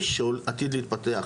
הישראלי, שעתיד להתפתח.